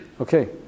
Okay